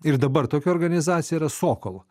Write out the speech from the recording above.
ir dabar tokia organizacija yra sokolo